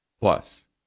Plus